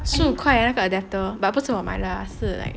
十五块那个 adapter but 不是我买的啦